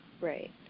Right